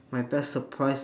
my best surprise